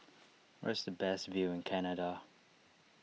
where is the best view in Canada